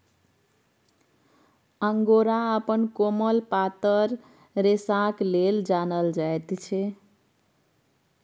angora अपन कोमल पातर रेशाक लेल जानल जाइत छै